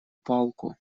палку